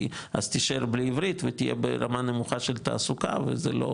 כי אז תישאר בלי עברית ותהיה ברמה נמוכה של תעסוקה וזה לא